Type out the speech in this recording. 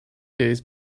days